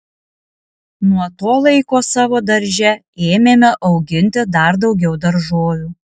nuo to laiko savo darže ėmėme auginti dar daugiau daržovių